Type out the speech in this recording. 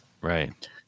right